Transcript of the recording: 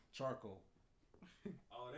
Charcoal